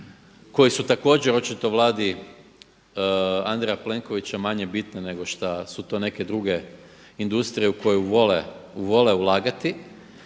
koji su također očito Vladi Andreja Plenkovića manje bitne nego što su to neke druge industrije u koje vole ulagati.